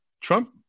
Trump